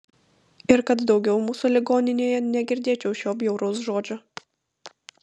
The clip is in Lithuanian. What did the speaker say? ir kad daugiau mūsų ligoninėje negirdėčiau šio bjauraus žodžio